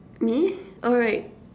me alright